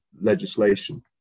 legislation